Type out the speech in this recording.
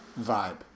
vibe